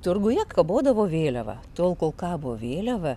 turguje kabodavo vėliava tol kol kabo vėliava